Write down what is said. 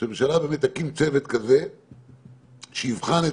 שהממשלה באמת תקים צוות כזה שיבחן את